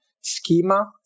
schema